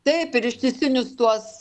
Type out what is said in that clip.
taip ir ištisinius tuos